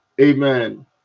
Amen